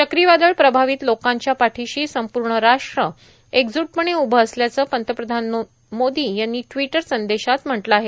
चक्रीवादळ प्रभावित लोकांच्या पाठिशी संपूर्ण राष्ट्र एकजुटपणे उभं असल्याचं पंतप्रधान मोदी यांनी ट्विटर संदेशात म्हटलं आहे